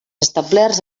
establerts